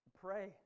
pray